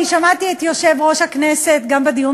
שמעתי את יושב-ראש הכנסת גם בדיון